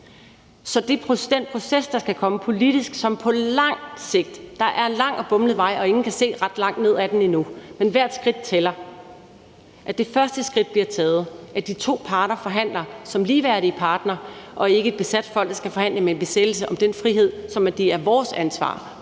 Så det er den proces, der skal komme politisk på lang sigt. Der er en lang og bumlet vej, og ingen kan se ret langt ned ad den endnu, men hvert skridt tæller. Det første skridt skal tages, de to parter skal forhandle som ligeværdige parter, og det skal ikke være et besat folk, der skal forhandle med en besættelsesmagt om den frihed, som det er vores ansvar